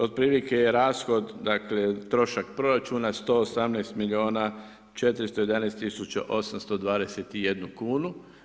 Otprilike je rashod, dakle, trošak proračuna, 118 milijuna 418 tisuća 821 kunu.